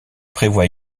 prévoit